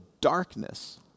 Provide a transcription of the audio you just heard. darkness